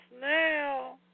now